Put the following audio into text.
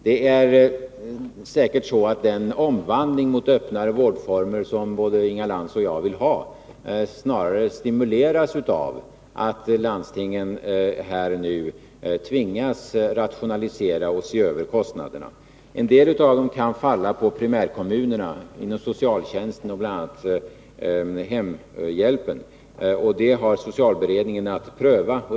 Det är säkert så att den omvandling mot öppnare vårdformer som både Inga Lantz och jag vill ha snarare stimuleras av att landstingen här nu tvingas att rationalisera och se över kostnaderna. En del av kostnaderna kan falla på primärkommunerna när det gäller socialtjänsten, bl.a. kostnaderna för hemhjälpen, och det har socialberedningen att pröva.